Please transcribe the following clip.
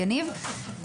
יניב.